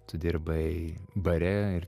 tu dirbai bare ir